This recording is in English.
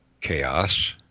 chaos